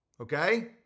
Okay